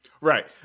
Right